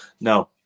no